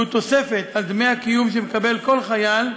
שהוא תוספת על דמי הקיום שמקבל כל חייל,